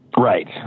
Right